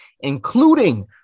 including